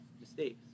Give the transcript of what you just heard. mistakes